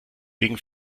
gegen